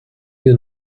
wir